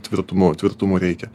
tvirtumo tvirtumo reikia